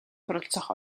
суралцах